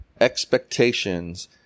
expectations